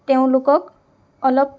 তেওঁলোকক অলপ